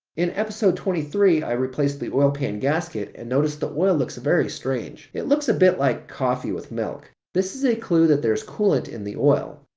in episode twenty three, i replaced the oil pan gasket and notice the oil looks very strange. it looks a bit like coffee with milk this is a clue that there's coolant in the oil.